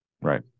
Right